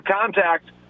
contact